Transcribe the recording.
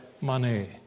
money